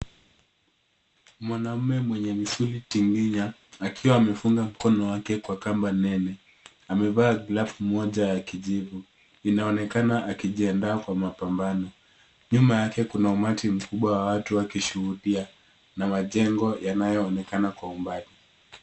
Mwanamume mwenye misuli tinginya akiwa amefunga mkono wake kwenye kamba nene. Amevaa glavu moja ya kijivu. Inaonekana akijiandaa kwa mapambano. Nyuma yake kuna umati mkubwa wa watu wakishuhudia na majengo yanayoonekana kwa umbali.